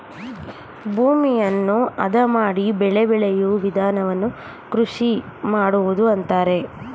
ಭೂಮಿಯನ್ನು ಅದ ಮಾಡಿ ಬೆಳೆ ಬೆಳೆಯೂ ವಿಧಾನವನ್ನು ಕೃಷಿ ಮಾಡುವುದು ಅಂತರೆ